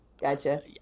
Gotcha